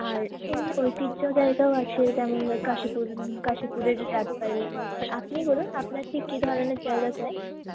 আর এমনি ঐতিহ্য জায়গাও আছে যেমন কাশীপুর কাশীপুরের রাজবাড়ি এবার আপনি বলুন আপনার ঠিক কী ধরনের জায়গা চাই